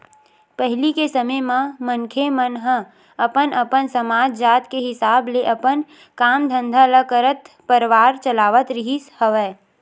पहिली के समे म मनखे मन ह अपन अपन समाज, जात के हिसाब ले अपन काम धंधा ल करत परवार चलावत रिहिस हवय